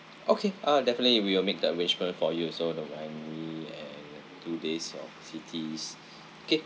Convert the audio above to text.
okay ah definitely we will make the arrangement for you also don't mind we and two days of cities okay